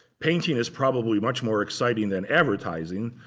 painting is probably much more exciting than advertising,